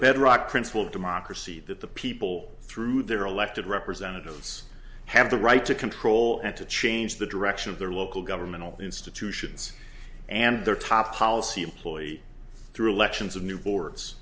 bedrock principle of democracy that the people through their elected representatives have the right to control and to change the direction of their local government institutions and their top policy employee through elections of new boards